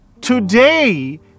today